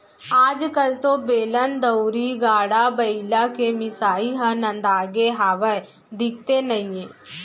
आज कल तो बेलन, दउंरी, गाड़ा बइला के मिसाई ह नंदागे हावय, दिखते नइये